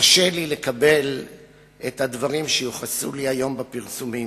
קשה לי לקבל את הדברים שיוחסו לי היום בפרסומים,